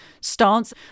stance